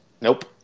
Nope